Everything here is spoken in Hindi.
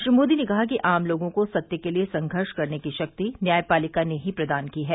श्री मोदी ने कहा कि आम लोगों को सत्य के लिए संघर्ष करने की शक्ति न्यायपालिका ने ही प्रदान की है